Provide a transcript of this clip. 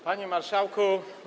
Panie Marszałku!